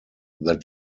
that